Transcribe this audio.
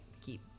Keep